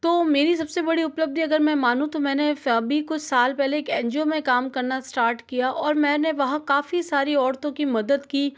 तो मेरी सब से बड़ी उपलब्धि अगर मैं मानू तो मैंने अभी कुछ साल पहले एक एन जी ओ में काम करना स्टार्ट किया और मैंने हाँ काफ़ी सारी औरतों की मदद की